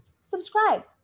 subscribe